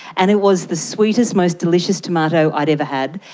and it was the sweetest most delicious tomato i had ever had.